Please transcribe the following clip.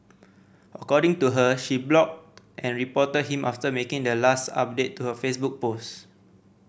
according to her she blocked and reported him after making the last update to her Facebook post